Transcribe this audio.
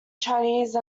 chinese